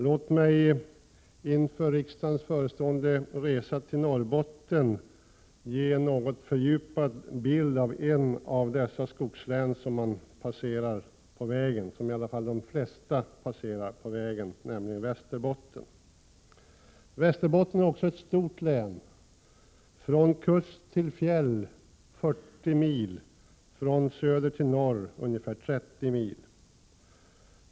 Låt mig inför riksdagens förestående resa till Norrbotten ge en något fördjupad bild av ett av de skogslän som de flesta passerar på vägen, nämligen Västerbotten. Västerbotten är ett stort län; från kust till fjäll 40 mil, från söder till norr ungefär 30 mil.